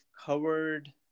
covered